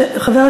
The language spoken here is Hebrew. מתכוונים בהחלט.